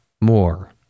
more